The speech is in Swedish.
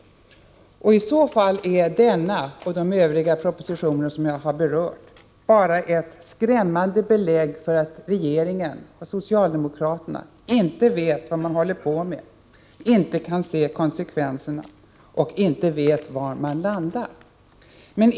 I så fall är denna och de övriga propositioner som jag har berört bara skrämmande belägg för att regeringen och socialdemokraterna inte vet vad de håller på med, inte kan se konsekvenserna och inte vet var man landar.